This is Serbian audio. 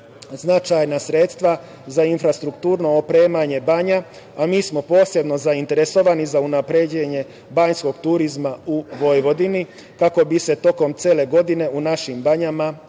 značajna sredstva za infrastrukturno opremanje banja, a mi smo posebno zainteresovani za unapređenje banjskog turizma u Vojvodini, kako bi se tokom15/3 MV/CGcele godine u našim banjama